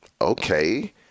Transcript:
Okay